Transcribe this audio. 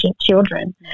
children